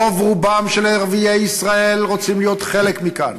רוב רובם של ערביי ישראל רוצים להיות חלק מכאן